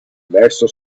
verso